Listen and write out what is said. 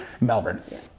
Melbourne